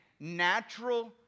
Natural